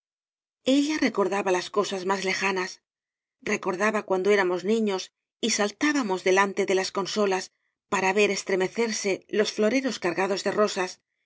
recordaba las cosas más lejanas re cordaba cuando éramos niños y saltábamos delante de las consolas para ver estremecerse los floreros cargados de rosas